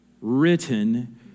written